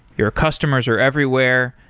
your customers are everywhere.